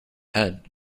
head